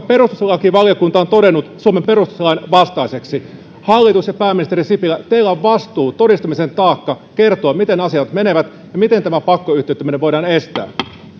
perustuslakivaliokunta on todennut suomen perustuslain vastaiseksi hallitus ja pääministeri sipilä teillä on vastuu todistamisen taakka kertoa miten asiat menevät ja miten tämä pakkoyhtiöittäminen voidaan estää